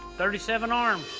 thirty seven arms.